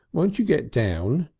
won't you get down?